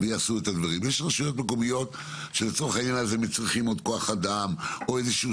אבל יש רשויות מקומיות שיצטרכו עוד כוח אדם או איזשהו